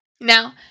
Now